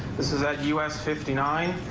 this is at us fifty nine.